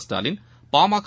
Stalin PMK